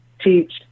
teach